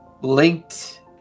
linked